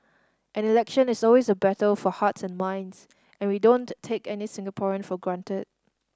an election is always a battle for hearts and minds and we don't take any Singaporean for granted